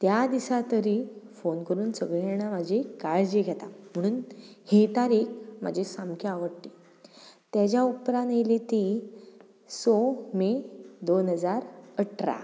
त्या दिसा तरी फोन करून सगळीं जाणां म्हाजी काळजी घेता म्हणून ही तारीख म्हाजी सामकी आवडटी तेज्या उपरांत येली ती स मे दोन हजार अठरा